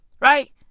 right